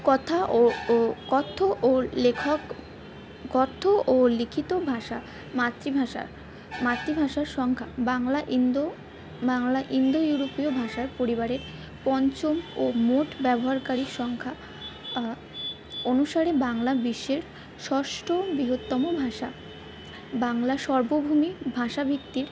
কথা ও ও কথ্য ও লেখক কথ্য ও লিখিত ভাষা মাতৃভাষা মাতৃভাষার সংখ্যা বাংলা ইন্দো বাংলা ইন্দো ইউরোপীয় ভাষার পরিবারে পঞ্চম ও মোট ব্যবহারকারীর সংখ্যা অনুসারে বাংলা বিশ্বের ষষ্ঠ বৃহত্তম ভাষা বাংলা সর্বভূমি ভাষাভিত্তির